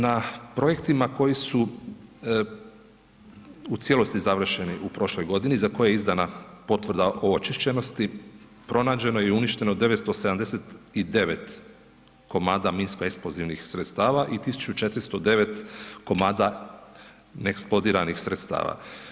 Na projektima koji su u cijelosti završeni u prošloj godini za koje je izdana potvrda o očišćenosti pronađeno je uništeno 979 komada minsko eksplozivnih sredstava i 1409 komada neeksplodiranih sredstava.